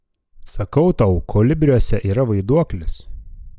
sakau tau kolibriuose yra vaiduoklis